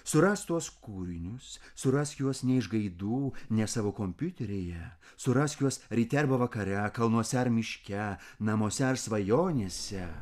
surask tuos kūrinius surask juos ne iš gaidų ne savo kompiuteryje surask juos ryte arba vakare kalnuose ar miške namuose ar svajonėse